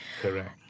Correct